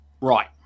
Right